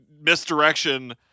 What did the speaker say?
misdirection